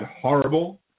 horrible